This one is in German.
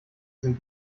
sind